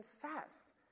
confess